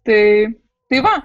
tai tai va